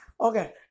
okay